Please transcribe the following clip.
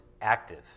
active